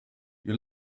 you